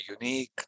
unique